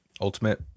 ultimate